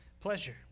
pleasure